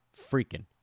freaking